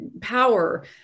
power